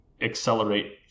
accelerate